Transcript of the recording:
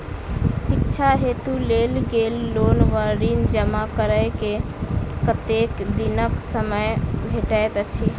शिक्षा हेतु लेल गेल लोन वा ऋण जमा करै केँ कतेक दिनक समय भेटैत अछि?